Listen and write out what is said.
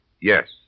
Yes